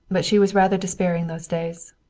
but she was rather despairing those days.